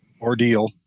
ordeal